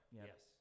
yes